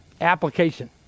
application